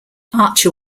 archer